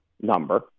number